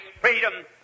freedom